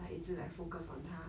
like 一直 focus on 他